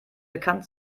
bekannt